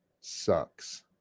sucks